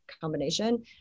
combination